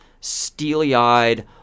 steely-eyed